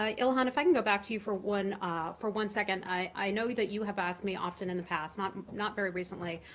ilhan, if i can go back to you for one for one second, i know that you have asked me often in the past not not very recently,